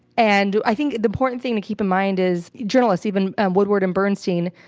and i think the important thing to keep in mind is journalists, even um woodward and bernstein,